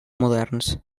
moderns